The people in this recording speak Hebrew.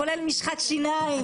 כולל משחת שיניים,